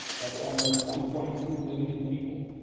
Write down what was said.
that's almost one point two million people,